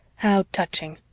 how touching!